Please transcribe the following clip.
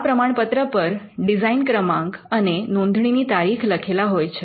આ પ્રમાણપત્ર પર ડિઝાઇન ક્રમાંક અને નોંધણીની તારીખ લખેલા હોય છે